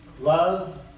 love